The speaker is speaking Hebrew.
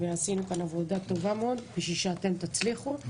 עשינו כאן עבודה טובה מאוד כדי שאתם תצליחו.